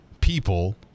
people